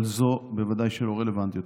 אבל זו בוודאי שלא רלוונטית.